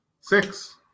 Six